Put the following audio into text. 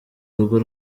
rugo